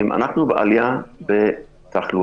אנחנו בעלייה בתחלואה.